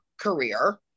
career